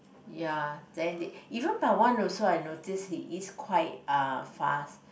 ya then even Pawan also I notice he is quite uh fast